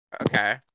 Okay